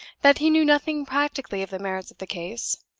that he knew nothing practically of the merits of the case,